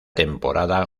temporada